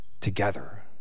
Together